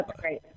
great